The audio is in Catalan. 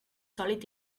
sòlid